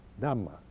Dhamma